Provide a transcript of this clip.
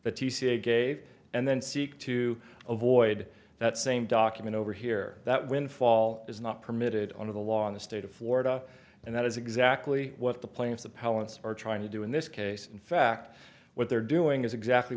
c a gave and then seek to avoid that same document over here that windfall is not permitted under the law in the state of florida and that is exactly what the planes the pallets are trying to do in this case in fact what they're doing is exactly